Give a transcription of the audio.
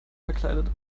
verkleidet